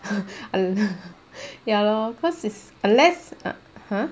ya lor because it's unless ah !huh!